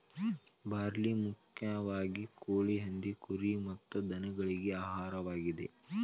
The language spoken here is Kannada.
ಬಾರ್ಲಿ ಮುಖ್ಯವಾಗಿ ಕೋಳಿ, ಹಂದಿ, ಕುರಿ ಮತ್ತ ದನಗಳಿಗೆ ಆಹಾರವಾಗಿದೆ